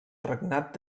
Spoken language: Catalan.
regnat